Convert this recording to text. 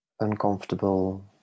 uncomfortable